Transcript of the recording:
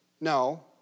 No